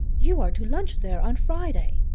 you are to lunch there on friday!